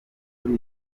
kuri